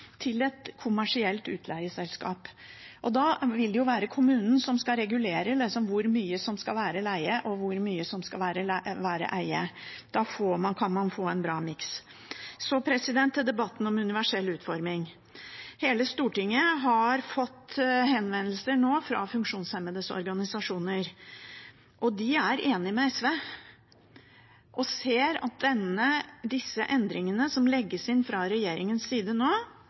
være kommunen som skal regulere hvor mye som skal være leie og hvor mye som skal være eie. Da kan man få en bra miks. Så til debatten om universell utforming. Hele Stortinget har fått henvendelser nå fra funksjonshemmedes organisasjoner. De er enig med SV og ser at disse endringene som legges inn fra regjeringens side nå,